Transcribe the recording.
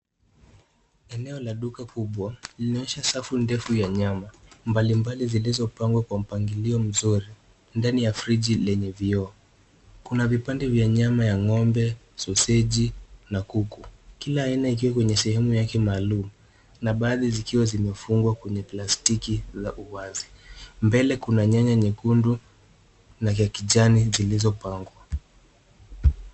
Eneo la duka kubwa linaonyesha safu ndefu ya nyama mbalimbali zilizopangwa kwa mpangilio mzuri ndani ya friji lenye vioo. Kuna vipande vya nyama ya ng'ombe, soseji na kuku. Kila aina ikiwa kwenye sehemu yake maalum na baadhi zikiwa zimefungwa kwenye plastiki la uwazi. Mbele kuna nyanya nyekundu na ya kijani zilizopangwa.